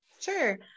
Sure